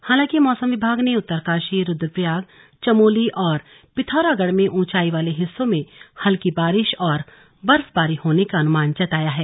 हालांकि मौसम विभाग ने उत्तरकाशी रूद्रप्रयाग चमोली और पिथौरागढ़ में ऊंचाई वाले हिस्सों में हल्की बारिश और बर्फबारी होने का अनुमान जताया है